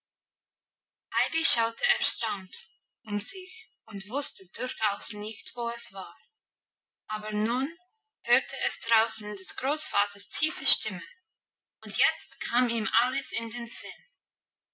schaute erstaunt um sich und wusste durchaus nicht wo es war aber nun hörte es draußen des großvaters tiefe stimme und jetzt kam ihm alles in den sinn